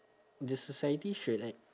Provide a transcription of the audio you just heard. the society should like